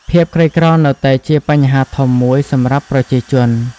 ភាពក្រីក្រនៅតែជាបញ្ហាធំមួយសម្រាប់ប្រជាជន។